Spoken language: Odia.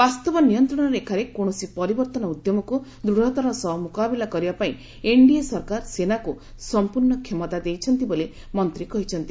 ବାସ୍ତବ ନିୟନ୍ତ୍ରଣ ରେଖାରେ କୌଣସି ପରିବର୍ତ୍ତନ ଉଦ୍ୟମକୁ ଦୂଚତାର ସହ ମୁକାବିଲା କରିବା ପାଇଁ ଏନ୍ଡିଏ ସରକାର ସେନାକୁ ସମ୍ପୁର୍ଷ୍ଣ କ୍ଷମତା ଦେଇଛନ୍ତି ବୋଲି ମନ୍ତ୍ରୀ କହିଛନ୍ତି